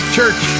Church